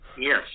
Yes